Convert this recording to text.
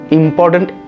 important